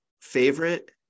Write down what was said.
favorite